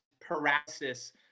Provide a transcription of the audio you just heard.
paralysis